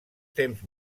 temps